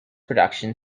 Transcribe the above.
production